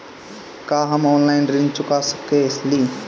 का हम ऑनलाइन ऋण चुका सके ली?